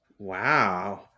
wow